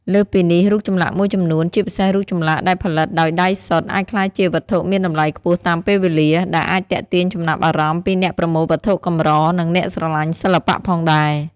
លើសពីនេះ រូបចម្លាក់មួយចំនួន ជាពិសេសរូបចម្លាក់ដែលផលិតដោយដៃសុទ្ធ អាចក្លាយជា វត្ថុមានតម្លៃខ្ពស់តាមពេលវេលា ដែលអាចទាក់ទាញចំណាប់អារម្មណ៍ពីអ្នកប្រមូលវត្ថុកម្រ និងអ្នកស្រឡាញ់សិល្បៈផងដែរ។